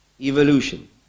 Evolution